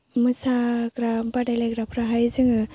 मोसाग्रा बादायलायग्राफ्राहाय जोङो